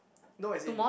no as in